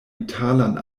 italan